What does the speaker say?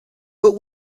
but